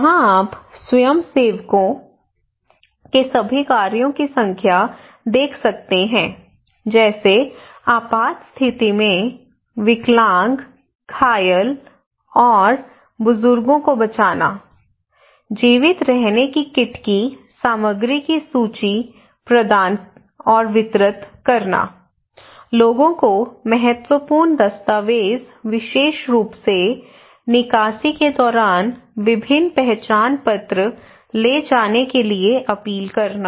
यहां आप स्वयंसेवकों के सभी कार्यों की संख्या देख सकते हैं जैसे आपात स्थिति में विकलांग घायल और बुजुर्गों को बचाना जीवित रहने की किट की सामग्री की सूची प्रदान और वितरित करना लोगों को महत्वपूर्ण दस्तावेज विशेष रूप से निकासी के दौरान विभिन्न पहचान पत्र ले जाने के लिए अपील करना